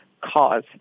cause